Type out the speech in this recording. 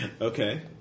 Okay